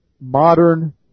modern